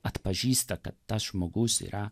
atpažįsta kad tas žmogus yra